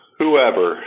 whoever